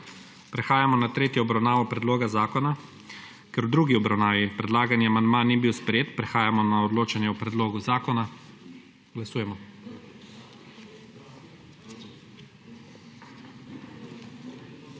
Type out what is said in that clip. Prehajamo na **tretjo obravnavo** predloga zakona. Ker v drugi obravnavi predlagani amandma ni bil sprejet, prehajamo na odločanje o predlogu zakona. Glasujemo.